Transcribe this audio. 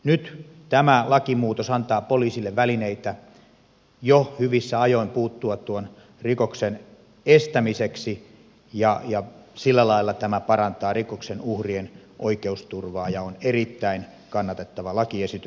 nyt tämä lakimuutos antaa poliisille välineitä jo hyvissä ajoin puuttua tuon rikoksen estämiseksi ja sillä lailla tämä parantaa rikoksen uhrien oikeusturvaa ja on erittäin kannatettava lakiesitys